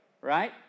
right